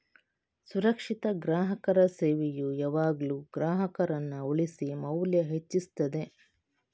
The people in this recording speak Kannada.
ಸುರಕ್ಷಿತ ಗ್ರಾಹಕರ ಸೇವೆಯು ಯಾವಾಗ್ಲೂ ಗ್ರಾಹಕರನ್ನ ಉಳಿಸಿ ಮೌಲ್ಯ ಹೆಚ್ಚಿಸ್ತದೆ